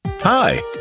Hi